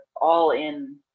all-in